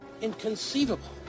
inconceivable